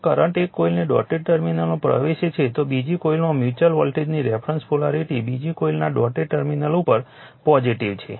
જો કરંટ એક કોઇલના ડોટેડ ટર્મિનલમાં પ્રવેશે છે તો બીજી કોઇલમાં મ્યુચ્યુઅલ વોલ્ટેજની રેફરન્સ પોલારિટી બીજી કોઇલના ડોટેડ ટર્મિનલ ઉપર પોઝિટીવ છે